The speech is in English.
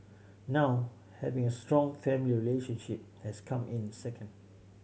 now having a strong family relationship has come in second